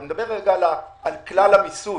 אבל אני מדבר על כלל המיסוי,